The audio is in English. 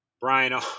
Brian